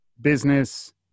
business